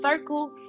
circle